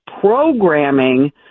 programming